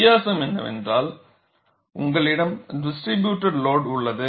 வித்தியாசம் என்னவென்றால் உங்களிடம் டிஸ்ட்ரிபுயுடட் லோடு உள்ளது